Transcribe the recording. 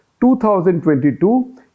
2022